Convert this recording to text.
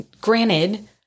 Granted